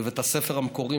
בבית הספר המקורי.